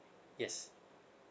yes